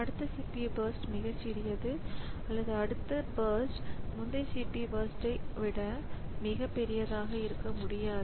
அடுத்த CPU burst மிகச் சிறியது அல்லது அடுத்த பர்ஸ்ட் முந்தைய CPU பர்ஸ்ட் விட அசலை விட மிகப் பெரியதாக இருக்க முடியாது